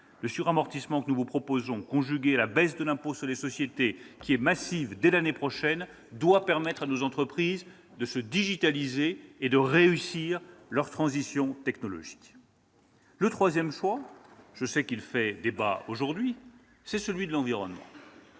Le suramortissement que nous vous proposons, conjugué à la baisse de l'impôt sur les sociétés, massive dès l'année prochaine, doit permettre à nos entreprises de se digitaliser et de réussir leur transition technologique. Le troisième choix que nous faisons- je sais qu'il fait débat aujourd'hui -, c'est celui de l'environnement.